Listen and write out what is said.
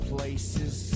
Places